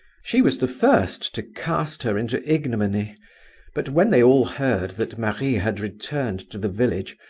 she was the first to cast her into ignominy but when they all heard that marie had returned to the village,